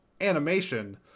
animation